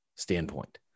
standpoint